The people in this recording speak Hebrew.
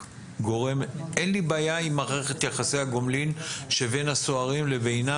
אין לי בעיה עם מערכת יחסי הגומלין שבין הסוהרים לבינם